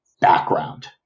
background